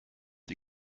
die